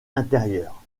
intérieur